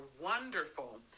wonderful